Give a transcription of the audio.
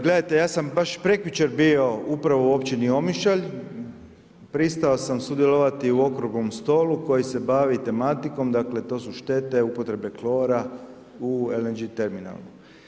Gledajte ja sam baš prekjučer bio upravo u Općini Omišalj, pristao sam sudjelovati u okruglom stolu koji se bavi tematikom, dakle to su štete upotrebe klora u LNG terminalu.